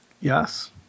Yes